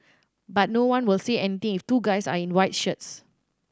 but no one will say anything if two guys are in white shirts